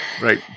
Right